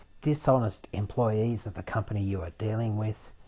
dishonest employees of the company you are dealing with,